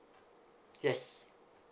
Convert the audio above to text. yes